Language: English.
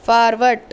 forward